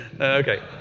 Okay